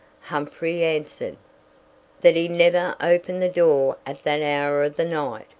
humphrey answered, that he never opened the door at that hour of the night,